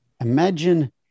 imagine